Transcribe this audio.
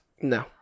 no